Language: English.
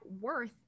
worth